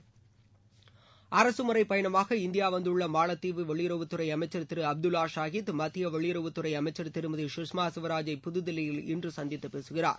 அரகமுறை பயணமாக இந்தியா வந்துள்ள மாலத்தீவு வெளியுறவுத்துறை அமைச்சர் திரு அப்துல்லா ஷாகித் மத்திய வெளியுறவுத்துறை அமைச்சர் திருமதி கஷ்மா ஸ்வராஜை புதுதில்லியில் இன்று சந்தித்து பேசுகிறார்